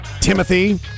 Timothy